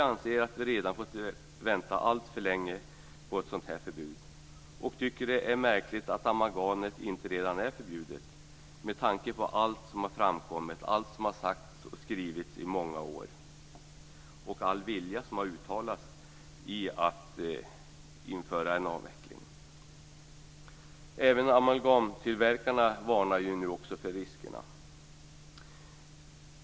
Vi anser att vi redan har fått vänta alltför länge på ett sådant här förbud och tycker att det är märkligt att amalgam inte redan är förbjudet, med tanke på allt som har framkommit, allt som har sagt och skrivits i många år och all vilja som har uttalats om att påbörja en avveckling. Även amalgamtillverkarna varnar nu för riskerna.